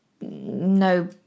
No